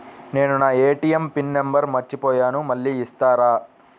నేను నా ATM pin number మర్చిపోయాను మళ్ళీ ఇస్తారా?